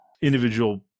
individual